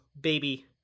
baby